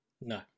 No